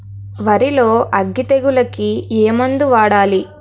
వరిలో అగ్గి తెగులకి ఏ మందు వాడాలి?